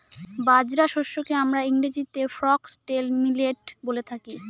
বাজরা শস্যকে আমরা ইংরেজিতে ফক্সটেল মিলেট বলে থাকি